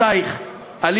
בואי נלך לרבותייך,